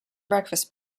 breakfast